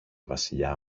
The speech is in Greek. βασιλιά